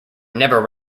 never